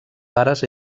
pares